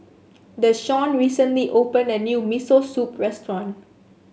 Deshawn recently opened a new Miso Soup restaurant